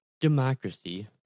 democracy